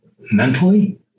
mentally